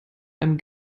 einem